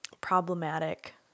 problematic